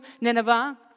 Nineveh